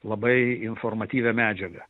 labai informatyvią medžiagą